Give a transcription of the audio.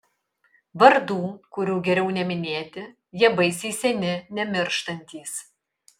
vardų kiurių geriau neminėti jie baisiai seni nemirštantys